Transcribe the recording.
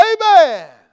amen